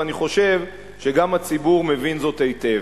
ואני חושב שגם הציבור מבין זאת היטב.